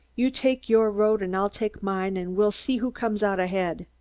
you take your road and i'll take mine, and we'll see who comes out ahead.